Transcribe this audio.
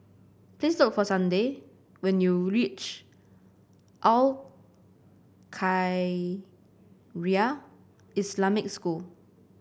please look for Sunday when you reach Al Khairiah Islamic School